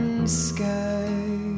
sky